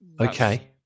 Okay